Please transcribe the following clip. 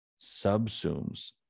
Subsumes